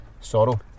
Sorrow